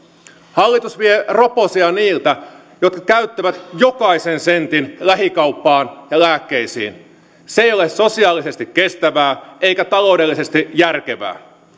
hallitus vie roposia niiltä jotka käyttävät jokaisen sentin lähikauppaan ja lääkkeisiin se ei ole sosiaalisesti kestävää eikä taloudellisesti järkevää